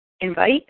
invite